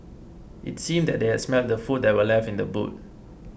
it seemed that they had smelt the food that were left in the boot